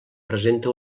presenta